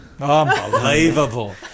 Unbelievable